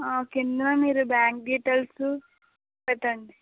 క్రింద మీరు bank details పెట్టండి